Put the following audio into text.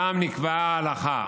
ושם נקבעה ההלכה.